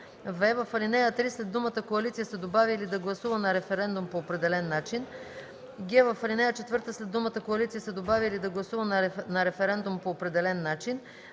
в) в ал. 3 след думата „коалиция”се добавя „или да гласува на референдум по определен начин; г) в ал. 4 след думата „коалиция” се добавя „или да гласува на референдум по определен начин”;